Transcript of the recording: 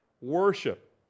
Worship